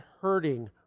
hurting